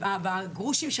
הם מקבלים גרושים.